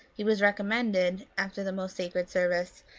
he was recommended, after the most sacred service,